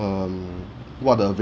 um what are the avail~